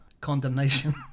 Condemnation